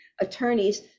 attorneys